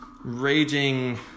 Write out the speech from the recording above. raging